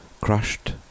crushed